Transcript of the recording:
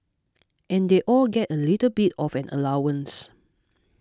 and they all get a little bit of an allowance